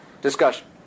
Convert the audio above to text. discussion